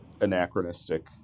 anachronistic